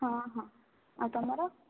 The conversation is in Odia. ହଁ ହଁ ଆଉ ତୁମର